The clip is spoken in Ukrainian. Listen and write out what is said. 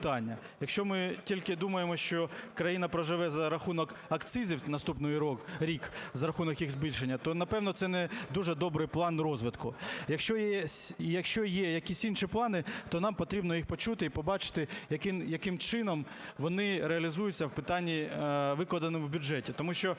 Якщо ми тільки думаємо, що країна проживе за рахунок акцизів, наступний рік, за рахунок їх збільшення, то напевно це не дуже добрий план розвитку. Якщо є якісь інші плани, то нам потрібно їх почути і побачити, яким чином вони реалізуються в питанні, викладеному в бюджеті.